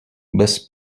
bez